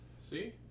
See